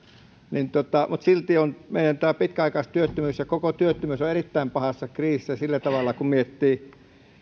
mutta silti tämä meidän pitkäaikaistyöttömyys ja koko työttömyys on erittäin pahassa kriisissä sillä tavalla kun miettii